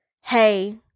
hey